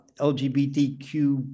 LGBTQ